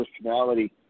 personality